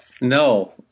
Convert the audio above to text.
No